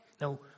No